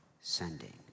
sending